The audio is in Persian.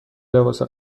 لباس